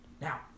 Now